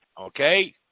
okay